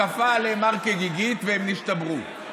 "כפה עליהם הר כגיגית" והם נשתברו.